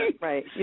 Right